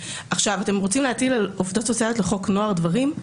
אתם רוצים להטיל על עובדות סוציאליות לחוק נוער דברים?